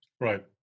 Right